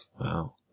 Wow